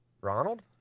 Ronald